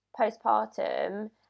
postpartum